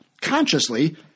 consciously